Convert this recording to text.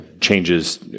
changes